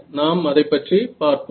நாம் அதை பற்றி பார்ப்போம்